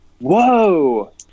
whoa